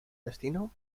destino